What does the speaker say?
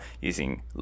using